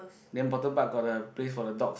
then bottom part got the place for the dogs